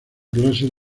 clases